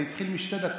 זה התחיל משתי דקות.